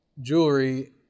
jewelry